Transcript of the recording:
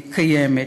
קיימת.